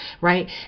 Right